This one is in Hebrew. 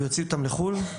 ויוציא אותם לחו"ל.